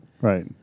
Right